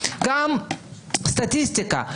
גם סטטיסטיקה,